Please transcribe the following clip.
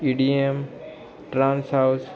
E D M trans house